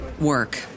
work